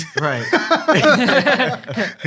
Right